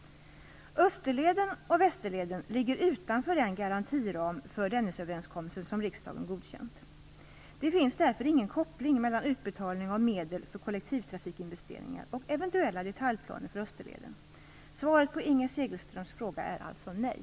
Österleden och Västerleden ligger utanför den garantiram för Det finns därför ingen koppling mellan utbetalning av medel för kollektivtrafikinvesteringar och eventuella detaljplaner för Österleden. Svaret på Inger Segelströms fråga är alltså nej.